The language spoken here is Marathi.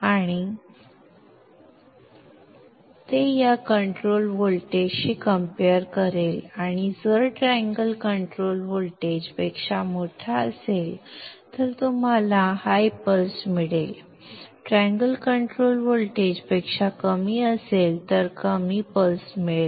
तर ते या कंट्रोल व्होल्टेज शी कम्पेअर करेल आणि जर ट्रँगल कंट्रोल व्होल्टेज पेक्षा मोठा असेल तर तुम्हाला उच्च पल्स मिळेल ट्रँगल कंट्रोल व्होल्टेज पेक्षा कमी असेल तर कमी पल्स मिळेल